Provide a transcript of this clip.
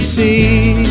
see